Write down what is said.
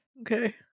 Okay